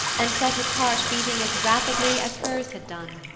and set his heart beating as rapidly as hers had done.